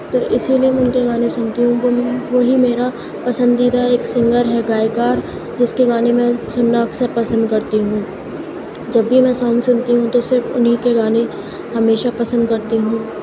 تو اسی لیے میں ان کے گانے سنتی ہوں وہی میرا پسندیدہ ایک سنگر ہے گائیکار جس کے گانے میں سننا اکثر پسند کرتی ہوں جب بھی میں سانگ سنتی ہوں تو صرف انہیں کے گانے ہمیشہ پسند کرتی ہوں